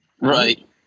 right